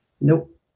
Nope